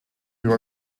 your